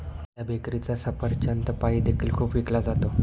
त्या बेकरीचा सफरचंद पाई देखील खूप विकला जातो